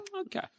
Okay